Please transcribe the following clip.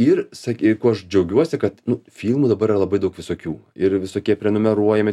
ir sak kuo aš džiaugiuosi kad nu filmų dabar yra labai daug visokių ir visokie prenumeruojami